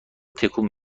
تکون